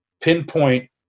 pinpoint